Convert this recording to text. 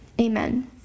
Amen